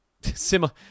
similar